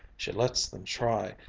she lets them try.